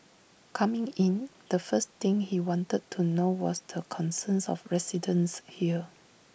coming in the first thing he wanted to know was the concerns of residents here